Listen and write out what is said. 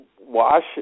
wash